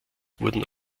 wurden